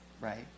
right